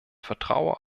vertraue